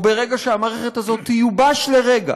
או ברגע שהמערכת הזאת תיובש לרגע,